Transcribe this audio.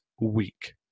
week